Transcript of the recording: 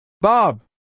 Bob